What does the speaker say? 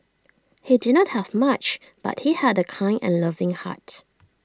he did not have much but he had A kind and loving heart